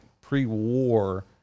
pre-war